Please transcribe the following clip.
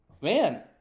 man